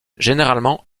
généralement